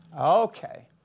Okay